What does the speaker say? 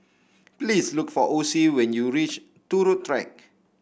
please look for Ocie when you reach Turut Track